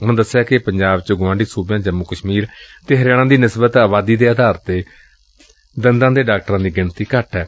ਉਨੂਾ ਦਸਿਆ ਕਿ ਪੰਜਾਬ ਚ ਗੁਆਂਢੀ ਸੁਬਿਆਂ ਜੰਮੂ ਕਸ਼ਮੀਰ ਅਤੇ ਹਰਿਆਣਾ ਦੀ ਨਿਸਬਤ ਆਬਾਦੀ ਦੇ ਆਧਾਰ ਤੇ ਪੰਜਾਬ ਚ ਦੰਦਾਂ ਦੇ ਡਾਕਟਰਾਂ ਦੀ ਗਿਣਤੀ ਘੱਟ ਏ